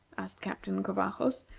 asked captain covajos,